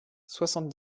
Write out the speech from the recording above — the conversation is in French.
soixante